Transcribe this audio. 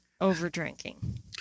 over-drinking